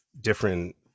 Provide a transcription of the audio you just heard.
different